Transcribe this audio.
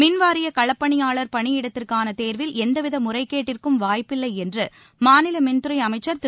மின்வாரிய களப்பணியாளர் பணியிடத்திற்கான தேர்வில் எந்தவித முறைகேட்டிற்கும் வாய்ப்பில்லை என்று மாநில மின்துறை அமைச்சர் திரு